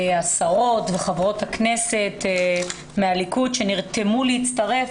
השרות וחברות הכנסת מהליכוד שנרתמו להצטרף